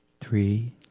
Three